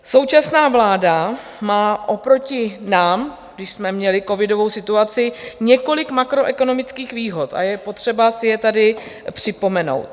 Současná vláda má oproti nám, když jsme měli covidovou situaci, několik makroekonomických výhod a je potřeba si je tady připomenout.